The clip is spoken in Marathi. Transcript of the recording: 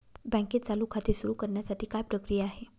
बँकेत चालू खाते सुरु करण्यासाठी काय प्रक्रिया आहे?